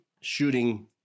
shooting